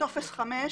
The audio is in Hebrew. בטופס 5,